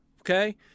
Okay